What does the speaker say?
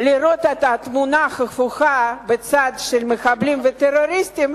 לראות את התמונה ההפוכה בצד של המחבלים והטרוריסטים,